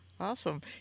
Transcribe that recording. Awesome